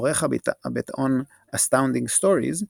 עורך הביטאון "Astounding Stories",